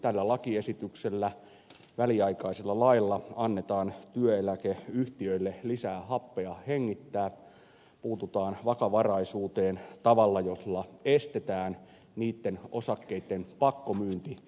tällä lakiesityksellä väliaikaisella lailla annetaan työeläkeyhtiöille lisää happea hengittää puututaan vakavaraisuuteen tavalla jolla estetään niitten osakkeitten pakkomyynti